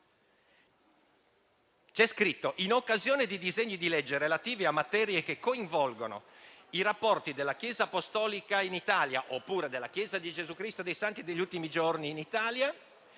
c'è scritto: «In occasione di disegni di legge relativi a materie che coinvolgono rapporti della Chiesa apostolica in Italia» - oppure della Chiesa di Gesù Cristo dei santi degli ultimi giorni in Italia